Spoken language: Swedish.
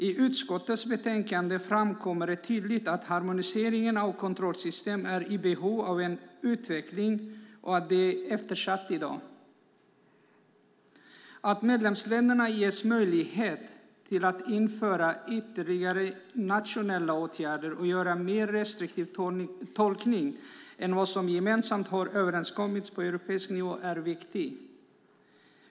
I utskottets utlåtande framkommer tydligt att harmoniseringen av kontrollsystemen är i behov av utveckling och att sådant i dag är eftersatt. Att medlemsländerna ges möjlighet att införa ytterligare nationella åtgärder och att göra mer restriktiv tolkning än som gemensamt har överenskommits på europeisk nivå är väsentligt.